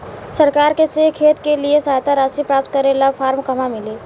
सरकार से खेत के लिए सहायता राशि प्राप्त करे ला फार्म कहवा मिली?